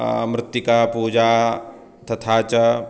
मृत्तिकापूजा तथा च